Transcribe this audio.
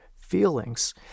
feelings